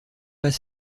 pas